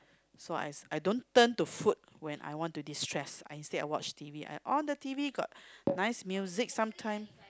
so I I don't turn to food when I want to destress I instead I watch T_V I on the T_V got nice music sometime